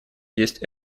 есть